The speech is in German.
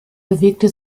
bewegte